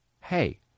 Hey